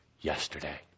yesterday